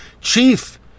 chief